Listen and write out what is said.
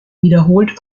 wiederholt